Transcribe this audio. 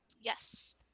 Yes